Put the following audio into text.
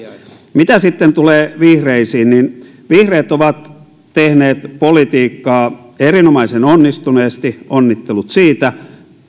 mitä sitten tulee vihreisiin vihreät ovat tehneet politiikkaa erinomaisen onnistuneesti onnittelut siitä